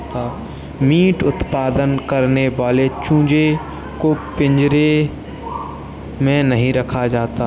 meet उत्पादन करने वाले चूजे को पिंजड़े में नहीं रखा जाता